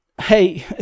hey